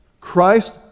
Christ